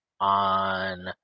on